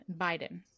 Biden